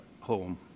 home